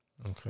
Okay